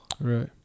Right